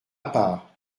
part